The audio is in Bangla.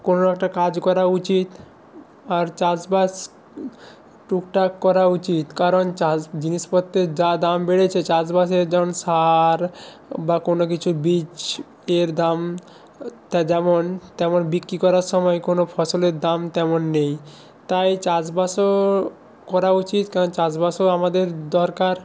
কোনো একটা কাজ করা উচিত আর চাষবাস টুকটাক করা উচিত কারণ চাষ জিনিসপত্তের যা দাম বেড়েছে চাষবাস যেমন সার বা কোনো কিছু বীজ এর দাম তা যেমন তেমন বিক্রি করার সময় কোনো ফসলের দাম তেমন নেই তাই চাষবাসও করা উচিত কারণ চাষবাসও আমাদের দরকার